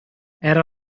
era